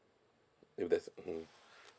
if that's mmhmm